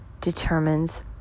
determines